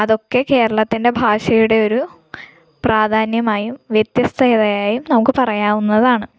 അതൊക്കെ കേരളത്തിൻ്റെ ഭാഷയുടെ ഒരു പ്രാധാന്യമായും വ്യത്യസ്തതയായും നമുക്ക് പറയാവുന്നതാണ്